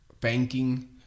banking